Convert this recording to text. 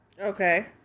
Okay